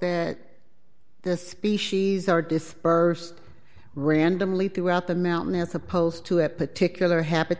that this species are dispersed randomly throughout the mountain as opposed to a particular happy